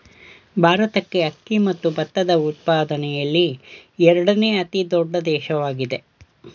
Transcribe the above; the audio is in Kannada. ಭಾರತಕ್ಕೆ ಅಕ್ಕಿ ಮತ್ತು ಭತ್ತದ ಉತ್ಪಾದನೆಯಲ್ಲಿ ಎರಡನೇ ಅತಿ ದೊಡ್ಡ ದೇಶವಾಗಿದೆ